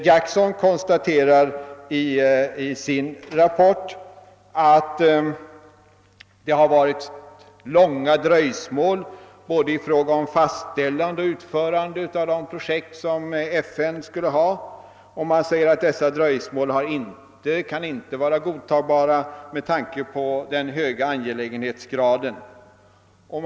Jackson konstaterar i sin rapport, att det har varit långa dröjsmål i fråga om både fastställande och utförande av de projekt som FN skulle driva och säger att dessa dröjesmål inte kan vara godtagbara med tanke på den höga angelägenhetsgraden.